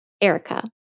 Erica